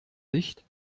licht